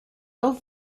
old